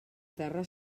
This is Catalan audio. terra